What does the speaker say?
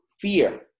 fear